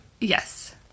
Yes